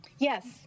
Yes